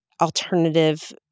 alternative